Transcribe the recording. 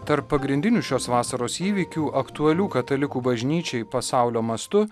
tarp pagrindinių šios vasaros įvykių aktualių katalikų bažnyčiai pasaulio mastu